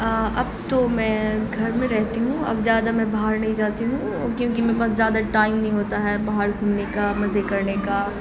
اب تو میں گھر میں رہتی ہوں اب زیادہ میں باہر نہیں جاتی ہوں کیونکہ میرے پاس زیادہ ٹائم نہیں ہوتا ہے باہر گھومنے کا مزے کرنے کا